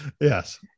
Yes